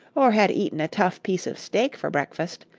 or had eaten a tough piece of steak for breakfast,